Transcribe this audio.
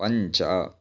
पञ्च